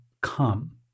come